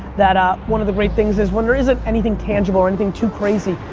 that um one of the great things is, when there isn't anything tangible or anything too crazy,